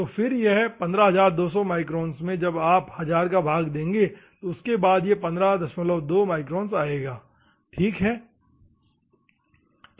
तो फिर यह 15200 माइक्रोंस में जब आप 1000 का भाग देंगे उसके बाद यह 152 माइक्रोंस होगा ठीक है